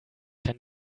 kann